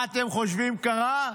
מה אתם חושבים קרה?